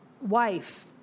wife